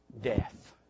death